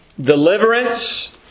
deliverance